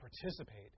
participate